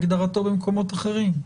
כהגדרתו במקומות אחרים.